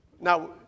Now